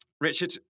Richard